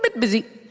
but busy